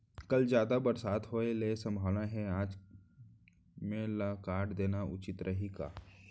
कल जादा बरसात होये के सम्भावना हे, आज मेड़ ल काट देना उचित रही का?